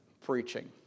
Preaching